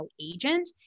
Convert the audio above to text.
agent